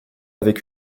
avec